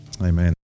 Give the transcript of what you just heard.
Amen